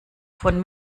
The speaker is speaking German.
von